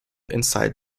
inside